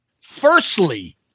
Firstly